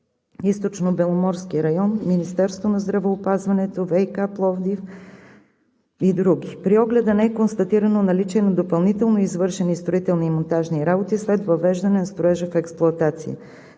„Източнобеломорски район“, Министерството на здравеопазването, ВиК – Пловдив, и други. При огледа не е констатирано наличие на допълнително извършени строителни и монтажни работи след въвеждане на строежа в експлоатация.